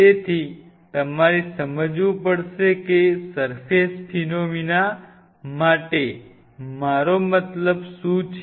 તેથી તમારે સમજવું પડશે કે સર્ફેસ ફિનોમીના માટે મારો મતલબ શું છે